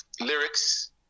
lyrics